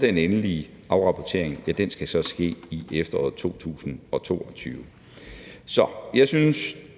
Den endelige afrapportering skal så ske i efteråret 2022. Kl. 17:18 Jeg synes,